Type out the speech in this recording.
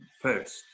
first